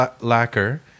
lacquer